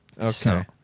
Okay